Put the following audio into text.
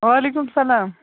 وعلیکُم سلام